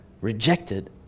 rejected